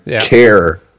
care